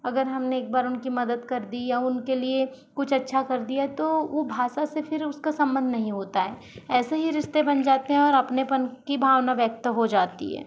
अगर हमने एक बार उनकी मदद कर दी या उनके लिए कुछ अच्छा कर दिया तो वो भाषा से फिर उसका सम्बन्ध नहीं होता है ऐसे ही रिश्ते बन जाते हैं और अपनेपन की भावना व्यक्त हो जाती है